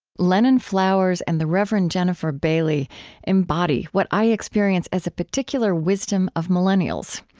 lennon flowers and the reverend jennifer bailey embody what i experience as a particular wisdom of millennials.